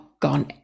gone